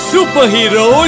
Superhero